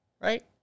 right